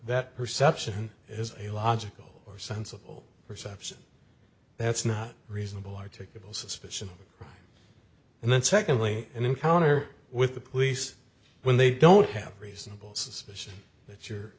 that perception is a logical or sensible perception that's not reasonable articulable suspicion and then secondly an encounter with the police when they don't have reasonable suspicion that you're